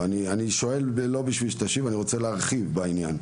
אני לא שואל בשביל שתשיב אלא רוצה להרחיב בעניין.